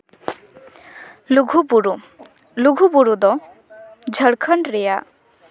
ᱞᱩᱜᱩᱼᱵᱩᱨᱩ ᱞᱩᱜᱩᱼᱵᱩᱨᱩ ᱫᱚ ᱡᱷᱟᱲᱠᱷᱚᱸᱰ ᱨᱮᱭᱟᱜ